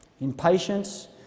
Impatience